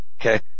Okay